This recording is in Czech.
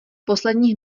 posledních